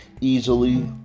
easily